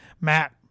Matt